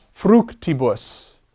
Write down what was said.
fructibus